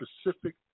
specific